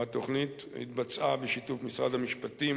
והתוכנית התבצעה בשיתוף משרד המשפטים,